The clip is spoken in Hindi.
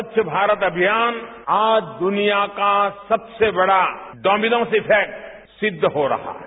स्वच्छ भारत अभियान आज दुनिया का सबसे बड़ा डोमिनोज इफैक्ट सिद्ध हो रहा है